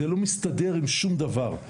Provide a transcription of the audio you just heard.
זה לא מסתדר עם שום דבר.